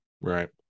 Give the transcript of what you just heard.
right